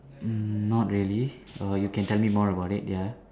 mm not really err you can tell me more about it ya